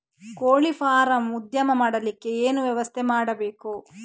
ಕೋಳಿ ಫಾರಂ ಉದ್ಯಮ ಮಾಡಲಿಕ್ಕೆ ಏನು ವ್ಯವಸ್ಥೆ ಮಾಡಬೇಕು?